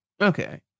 Okay